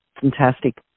fantastic